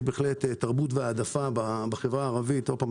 יש בהחלט תרבות והעדפה בחברה הערבית עוד פעם,